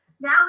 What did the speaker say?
Now